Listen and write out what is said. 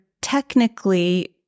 technically